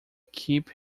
keep